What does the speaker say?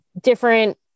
different